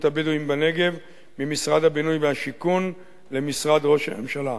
הבדואים בנגב ממשרד הבינוי והשיכון למשרד ראש הממשלה.